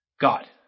God